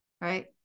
right